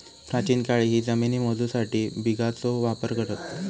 प्राचीन काळीही जमिनी मोजूसाठी बिघाचो वापर करत